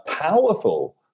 powerful